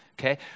okay